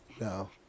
no